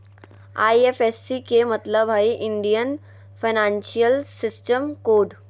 IFSC के मतलब हइ इंडियन फाइनेंशियल सिस्टम कोड